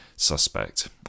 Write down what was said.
suspect